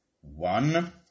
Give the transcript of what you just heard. one